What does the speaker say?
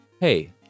Hey